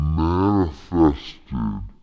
manifested